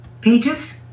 pages